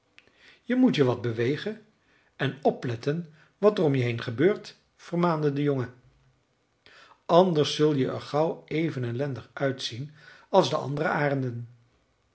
je moet je wat bewegen en opletten wat er om je heen gebeurt vermaande de jongen anders zul je er gauw even ellendig uitzien als de andere arenden